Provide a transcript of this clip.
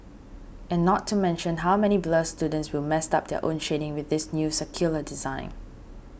and not to mention how many blur students will mess up their own shading with this new circular design